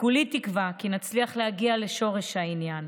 כולי תקווה כי נצליח להגיע לשורש העניין,